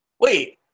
Wait